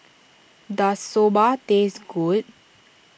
does Soba taste good